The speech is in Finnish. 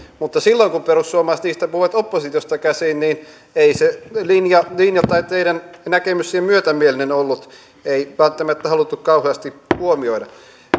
mutta silloin kun perussuomalaiset niistä puhuivat oppositiosta käsin ei se teidän linjanne tai näkemyksenne niihin myötämielinen ollut ei välttämättä haluttu kauheasti huomioida